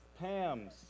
Pam's